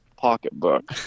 pocketbook